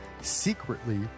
secretly